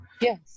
Yes